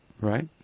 right